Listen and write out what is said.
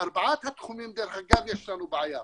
בארבעת התחומים, דרך אגב, יש לנו בעיה.